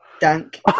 Dank